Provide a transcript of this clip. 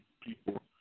people